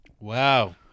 Wow